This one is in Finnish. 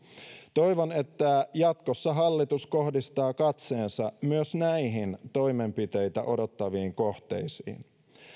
toivon että jatkossa hallitus kohdistaa katseensa myös näihin toimenpiteitä odottaviin kohteisiin